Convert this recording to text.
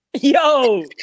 Yo